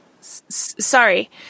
Sorry